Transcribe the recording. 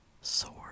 sword